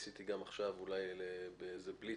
ניסיתי גם עכשיו באיזה "בליץ"